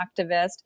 activist